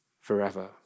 forever